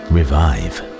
Revive